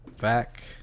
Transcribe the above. back